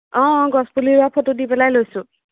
অঁ গছ পুলি ৰুৱা ফটো দি পেলাই লৈছোঁ